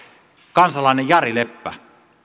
kansalainen jari leppä